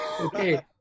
Okay